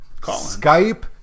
skype